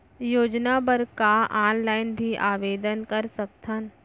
योजना बर का ऑनलाइन भी आवेदन कर सकथन?